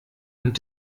und